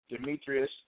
Demetrius